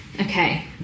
okay